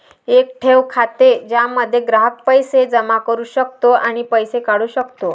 एक ठेव खाते ज्यामध्ये ग्राहक पैसे जमा करू शकतो आणि पैसे काढू शकतो